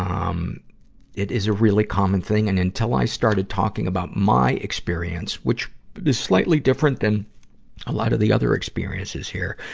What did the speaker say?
um it is a really common thing, and until i started talking about my experience, which is slightly different than a lot of the other experiences here,